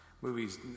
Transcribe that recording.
movies